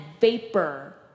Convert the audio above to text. vapor